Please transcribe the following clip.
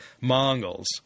Mongols